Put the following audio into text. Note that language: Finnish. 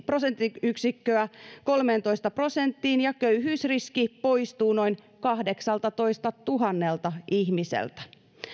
prosenttiyksikköä kolmeentoista prosenttiin ja köyhyysriski poistuu noin kahdeksaltatoistatuhannelta ihmiseltä